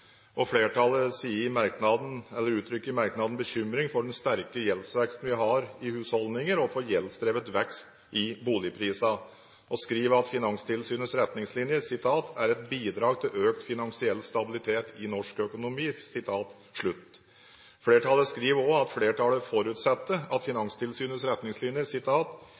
Flertallet uttrykker i merknaden bekymring for den sterke gjeldsveksten vi har i husholdninger, og for gjeldsdrevet vekst i boligprisene og skriver at Finanstilsynets retningslinjer «er et bidrag til økt finansiell stabilitet i norsk økonomi». Flertallet sier også at de forutsetter at Finanstilsynets retningslinjer